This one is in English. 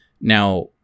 Now